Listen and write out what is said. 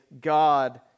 God